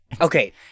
Okay